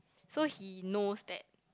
so he knows that